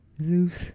Zeus